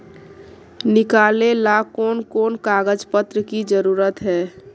निकाले ला कोन कोन कागज पत्र की जरूरत है?